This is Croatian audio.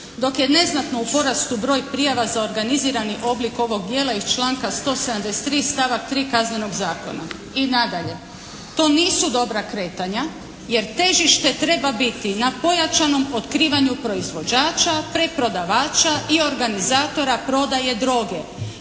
dok je neznatno u porastu broj prijava za organizirani oblik ovog djela iz članka 173. stavak 3. Kaznenog zakona". I nadalje: "To nisu dobra kretanja jer težište treba biti na pojačanom otkrivanju proizvođača, preprodavača i organizatora prodaje droge